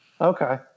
Okay